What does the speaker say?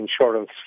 Insurance